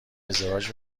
ازدواج